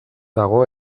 dago